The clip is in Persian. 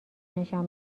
نشان